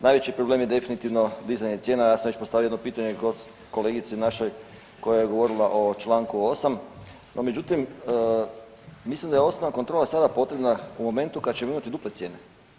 Najveći problem je definitivno dizanje cijena, ja sam već postavio jedno pitanje kolegici našoj koja je govorila o Članku 8., no međutim mislim da je osnovna kontrola sada potrebna u momentu kada ćemo imati duple cijene.